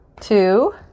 two